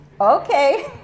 okay